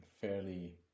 fairly